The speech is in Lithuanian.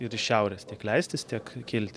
ir iš šiaurės tiek leistis tiek kilti